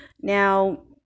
Now